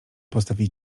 postawię